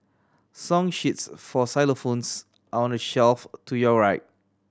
song sheets for xylophones are on the shelf to your right